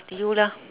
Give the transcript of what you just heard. up to you lah